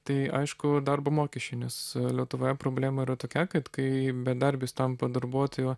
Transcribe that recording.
tai aišku darbo mokesčiai nes lietuvoje problema yra tokia kad kai bedarbis tampa darbuotoju